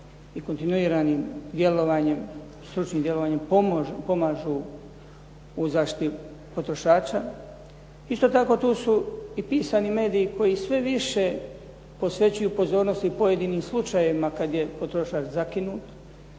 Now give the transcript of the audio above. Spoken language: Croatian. i kontinuiranim djelovanjem, stručnim djelovanjem pomažu u zaštiti potrošača. Isto tako tu su i pisani mediji koji sve više posvećuju pozornosti pojedinim slučajevima kad je potrošač zakinut,